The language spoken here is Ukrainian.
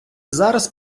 зараз